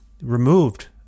removed